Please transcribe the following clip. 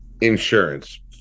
insurance